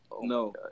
No